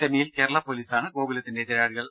സെമിയിൽ കേരള പൊലീസാണ് ഗോകുലത്തിന്റെ എതിരാളികൾ